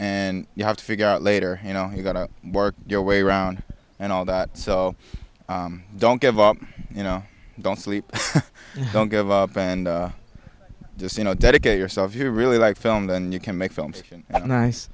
and you have to figure out later you know he got to work your way around and all that so don't give up you know don't sleep don't give up and just you know dedicate yourself you really like film then you can make films